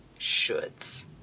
shoulds